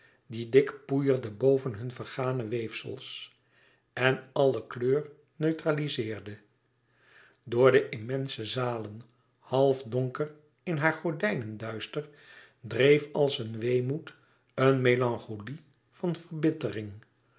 die dik poeierde boven hun vergane weefsels en alle kleur neutralizeerde door de immense zalen half donker in haar gordijnenduister dreef als een weemoed een melancholie van verbittering